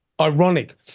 ironic